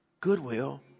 goodwill